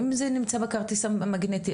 אם זה נמצא בכרטיס המגנטי,